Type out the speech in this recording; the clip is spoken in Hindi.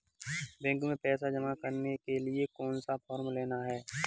बैंक में पैसा जमा करने के लिए कौन सा फॉर्म लेना है?